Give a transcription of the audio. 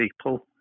people